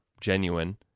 genuine